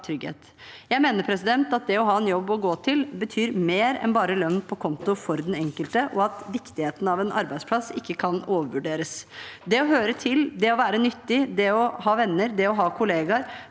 Jeg mener at det å ha en jobb å gå til betyr mer enn bare lønn på konto for den enkelte, og at viktigheten av en arbeidsplass ikke kan overvurderes. Det hører til det å være nyttig. Det å ha venner, det å ha kollegaer,